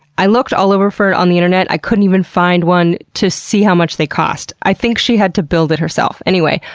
i looked all over for on the internet. i couldn't even find one to see how much they cost. i think she had to build it herself. anyway,